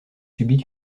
subit